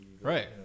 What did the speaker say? Right